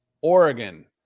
Oregon